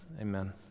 Amen